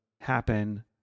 happen